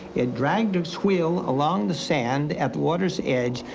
it dragged it's wheel along the sand at the water's edge.